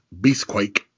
Beastquake